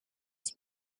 ist